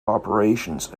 operations